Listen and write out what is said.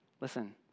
listen